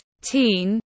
teen